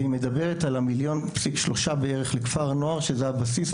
והיא מדברת על 1.3 מיליון לערך לכפר נוער שזה הבסיס,